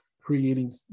creating